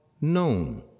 known